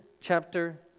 chapter